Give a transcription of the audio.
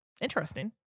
interesting